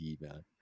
man